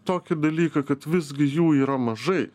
tokį dalyką kad visgi jų yra mažai